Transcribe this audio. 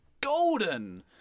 Golden